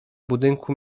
budynku